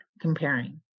comparing